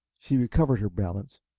she recovered her balance,